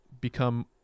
become